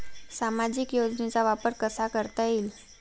सामाजिक योजनेचा वापर कसा करता येईल?